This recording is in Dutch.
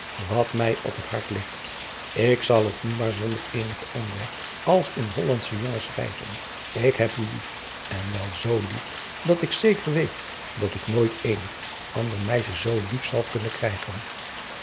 wat mij op het hart ligt k zal het u maar zonder eenigen omweg als een ollandsche jongen schrijven ik heb u lief en wel zoo lief dat ik zeker weet dat ik nooit eenig ander meisje zoo lief zal kunnen krijgen